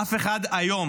אף אחד היום,